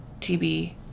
TB